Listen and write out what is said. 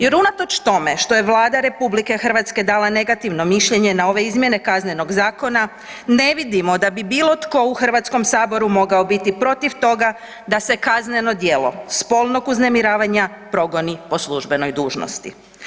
Jer unatoč tome što je Vlada RH dala negativno mišljenje na ove izmjene Kaznenog zakona, ne vidim da bi bilo tko u Hrvatskom saboru mogao biti protiv toga da se kazneno djelo spolnog uznemiravanja progoni po službenoj dužnosti.